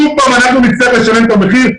שוב אנחנו נצטרך לשלם את המחיר.